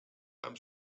einem